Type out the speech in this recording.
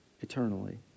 eternally